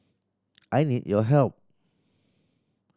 I need your help